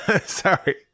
Sorry